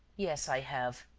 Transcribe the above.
yes, i have.